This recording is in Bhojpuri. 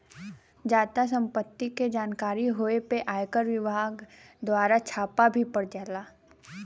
जादा सम्पत्ति के जानकारी होए पे आयकर विभाग दवारा छापा भी पड़ जाला